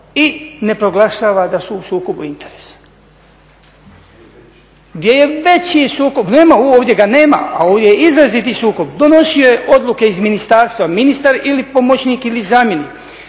i ne proglašava da su u sukobu interesa, gdje je veći sukob, ovdje ga nema, a ovdje je izraziti sukob, donosio je odluke iz ministarstva ministar ili pomoćnik ili zamjenik